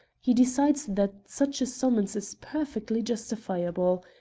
he decides that such a summons is perfectly justifiable.